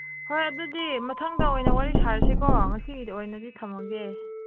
ꯍꯣꯏ ꯑꯗꯨꯗꯤ ꯃꯊꯪꯗ ꯑꯣꯏꯅ ꯋꯥꯔꯤ ꯁꯥꯔꯁꯤꯀꯣ ꯉꯁꯤꯒꯤꯗꯤ ꯑꯣꯏꯅꯗꯤ ꯊꯝꯃꯒꯦ